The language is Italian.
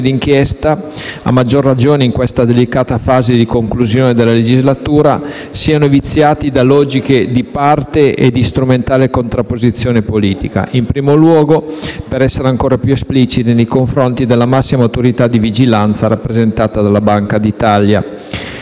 di inchiesta, a maggior ragione in questa delicata fase di conclusione della legislatura, siano viziati da logiche di parte e di strumentale contrapposizione politica, in primo luogo, per essere ancor più espliciti, nei confronti della massima autorità di vigilanza rappresentata dalla Banca d'Italia.